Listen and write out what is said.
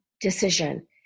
decision